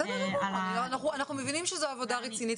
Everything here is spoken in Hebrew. בסדר גמור, אנחנו מבינים שזאת עבודה רצינית.